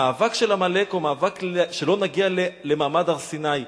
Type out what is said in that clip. המאבק של עמלק הוא המאבק שלא נגיע למעמד הר-סיני,